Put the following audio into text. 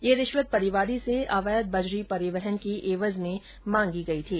ये रिश्वत परिवादी से अवैध बजरी परिवहन की एवज में मांगी गई थी